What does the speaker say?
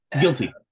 Guilty